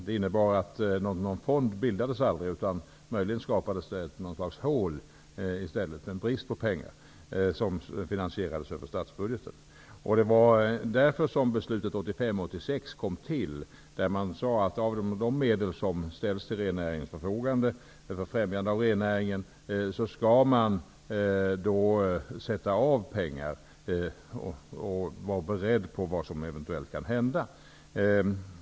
Det innebar att någon fond aldrig bildades, utan möjligen skapades i stället något slags hål med brist på pengar som finansierades över statsbudgeten. Det var därför beslutet 1985--1986 kom till och som innebär att av de medel som ställs till rennäringens förfogande för främjande av rennäringen skall man avsätta pengar och vara beredd på vad som eventuellt kan inträffa.